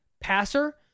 passer